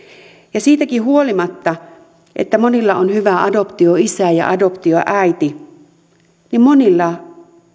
ja siitäkin huolimatta että monilla on hyvä adoptioisä ja adoptioäiti monilla